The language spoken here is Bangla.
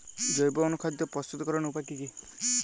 জৈব অনুখাদ্য প্রস্তুতিকরনের উপায় কী কী?